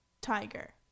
Tiger